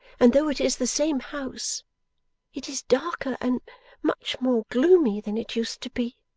and though it is the same house it is darker and much more gloomy than it used to be,